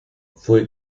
fue